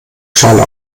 schale